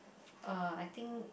uh I think